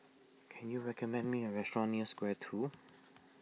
can you recommend me a restaurant near Square two